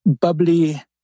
bubbly